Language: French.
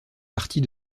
partie